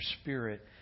spirit